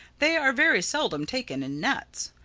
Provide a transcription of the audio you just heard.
they are very seldom taken in nets.